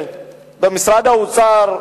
במשרד האוצר,